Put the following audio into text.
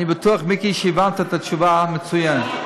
אני בטוח, מיקי, שהבנת את התשובה מצוין.